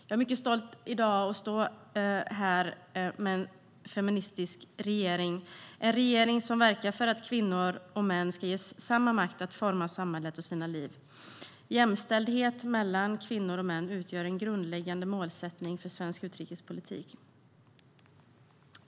Jag är mycket stolt över att stå här i dag. Vi har en feministisk regering som verkar för att kvinnor och män ska ges samma makt att forma samhället och sina liv. Jämställdhet mellan kvinnor och män utgör en grundläggande målsättning för svensk utrikespolitik.